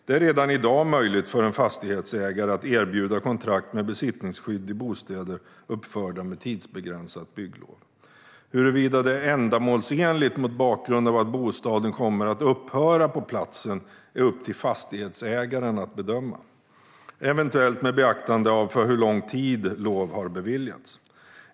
Det är redan i dag möjligt för en fastighetsägare att erbjuda kontrakt med besittningsskydd i bostäder uppförda med tidsbegränsat bygglov. Huruvida det är ändamålsenligt mot bakgrund av att bostaden kommer att upphöra på platsen är upp till fastighetsägaren att bedöma, eventuellt med beaktande av för hur lång tid lov har beviljats.